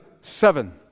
seven